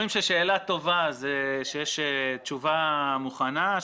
אומרים ששאלה טובה זה כשיש תשובה מוכנה,